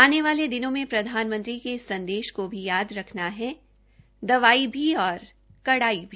आने वाले दिनों में प्रधानमंत्री के इस संदेश को भी याद रखना है दवाई भी और कड़ाई भी